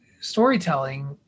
storytelling